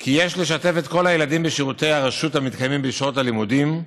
כי יש לשתף את כל הילדים בשירותי הרשות המתקיימים בשעות הלימודים.